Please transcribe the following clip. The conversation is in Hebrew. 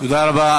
תודה רבה.